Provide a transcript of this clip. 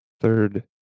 third